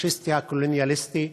הפאשיסטי והקולוניאליסטי.